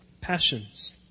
passions